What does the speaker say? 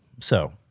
So-